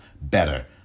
better